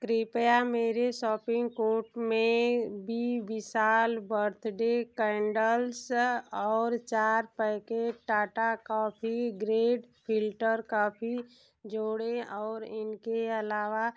कृपया मेरे shopping cart में बी विशाल बर्थडे कैंडल्स और चार packet Tata coffee grade filter coffee जोड़ें और इनके अलावा